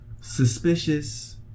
suspicious